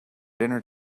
dinner